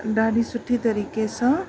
ॾाढी सुठी तरीक़े सां